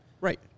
Right